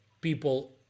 people